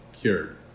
Cured